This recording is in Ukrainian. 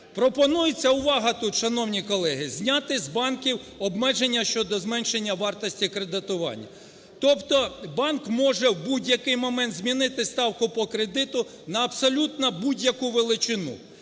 Пропонується - увага, тут, шановні колеги! - Зняти з банків обмеження щодо зменшення вартості кредитування. Тобто банк може в будь-який момент змінити ставку по кредиту, на абсолютно будь-яку величину.